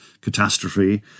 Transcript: catastrophe